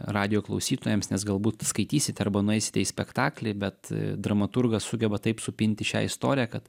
radijo klausytojams nes galbūt skaitysit arba nueisite į spektaklį bet dramaturgas sugeba taip supinti šią istoriją kad